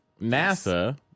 NASA